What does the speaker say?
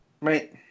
Right